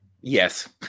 yes